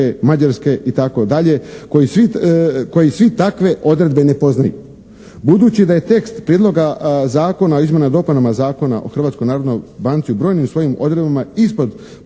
Mađarske itd. koji svi takve odredbe ne poznaju. Budući da je tekst Prijedloga zakona o izmjenama i dopunama Zakona o Hrvatskoj narodnoj banci u brojnim svojim odredbama ispod